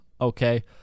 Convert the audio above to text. okay